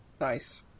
Nice